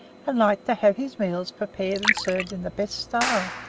and liked to have his meals prepared and served in the best style.